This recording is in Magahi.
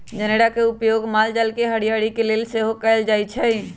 जनेरा के उपयोग माल जाल के हरियरी के लेल सेहो कएल जाइ छइ